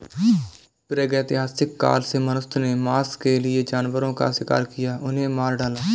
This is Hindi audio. प्रागैतिहासिक काल से मनुष्य ने मांस के लिए जानवरों का शिकार किया, उन्हें मार डाला